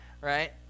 right